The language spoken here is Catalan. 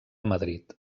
madrid